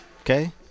Okay